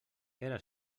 era